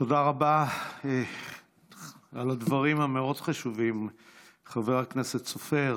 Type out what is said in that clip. תודה רבה על הדברים החשובים מאוד, חבר הכנסת סופר.